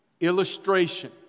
illustration